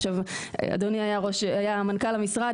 עכשיו אדוני היה המנכ"ל המשרד,